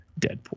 Deadpool